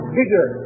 bigger